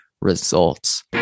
results